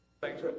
Thanks